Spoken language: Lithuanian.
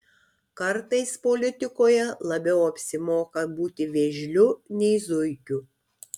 kartais politikoje labiau apsimoka būti vėžliu nei zuikiu